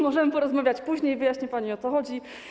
Możemy porozmawiać później, wyjaśnię pani, o co chodzi.